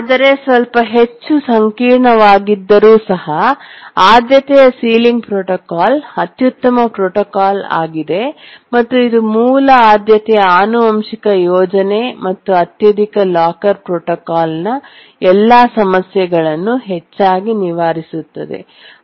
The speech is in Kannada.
ಆದರೆ ಸ್ವಲ್ಪ ಹೆಚ್ಚು ಸಂಕೀರ್ಣವಾಗಿದ್ದರೂ ಸಹ ಆದ್ಯತೆಯ ಸೀಲಿಂಗ್ ಪ್ರೋಟೋಕಾಲ್ ಅತ್ಯುತ್ತಮ ಪ್ರೋಟೋಕಾಲ್ ಆಗಿದೆ ಮತ್ತು ಇದು ಮೂಲ ಆದ್ಯತೆಯ ಆನುವಂಶಿಕ ಯೋಜನೆ ಮತ್ತು ಅತ್ಯಧಿಕ ಲಾಕರ್ ಪ್ರೋಟೋಕಾಲ್ನ ಎಲ್ಲಾ ಸಮಸ್ಯೆಗಳನ್ನು ಹೆಚ್ಚಾಗಿ ನಿವಾರಿಸುತ್ತದೆ